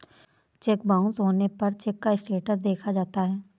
check bounce होने पर check का स्टेटस देखा जाता है